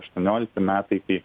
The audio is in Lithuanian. aštuoniolikti metai kai